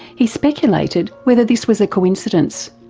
he speculated whether this was a coincidence.